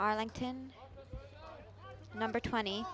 arlington number twenty